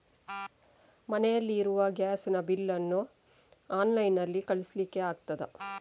ಮನೆಯಲ್ಲಿ ಇರುವ ಗ್ಯಾಸ್ ನ ಬಿಲ್ ನ್ನು ಆನ್ಲೈನ್ ನಲ್ಲಿ ಕಳಿಸ್ಲಿಕ್ಕೆ ಆಗ್ತದಾ?